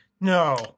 no